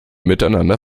miteinander